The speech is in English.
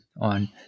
on